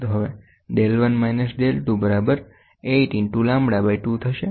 તો હવે del 1 minus del 2 બરાબર 8 ઇન્ટુ લેમ્બડા બાઈ 2 થશે